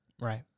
Right